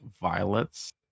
Violet's